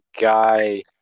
guy